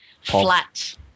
flat